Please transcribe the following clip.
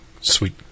sweet